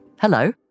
Hello